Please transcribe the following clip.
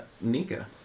Nika